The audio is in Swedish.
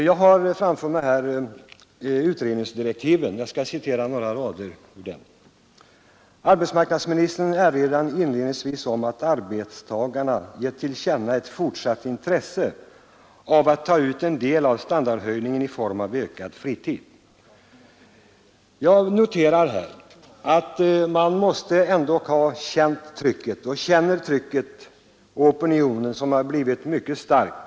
Jag har här framför mig utredningsdirektiven, och jag skall citera några rader ur dem: ”Arbetsmarknadsministern erinrar inledningsvis om att arbetstagarna gett till känna ett fortsatt intresse av att ta ut en del av standardhöjningen i form av ökad fritid.” Jag noterar att man ändå måste ha känt — och känner — trycket från opinionen som har blivit mycket stark.